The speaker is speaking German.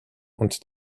und